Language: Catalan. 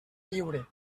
lliure